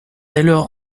alors